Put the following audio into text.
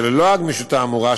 ללא הגמישות האמורה,